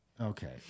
okay